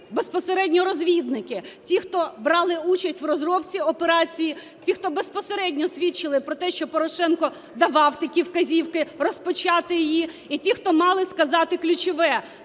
безпосередньо розвідники, ті, хто брали участь у розробці операції, ті, хто безпосередньо свідчили про те, що Порошенко давав такі вказівки розпочати її, і ті, хто мали сказали ключове: